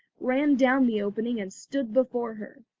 ran down the opening and stood before her.